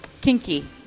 Kinky